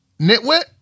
Nitwit